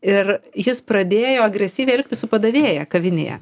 ir jis pradėjo agresyviai elgtis su padavėja kavinėje